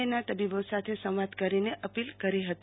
એના તબીબો સાથે સંવાદ કરીને અપીલ કરી હતી